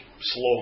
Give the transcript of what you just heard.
slow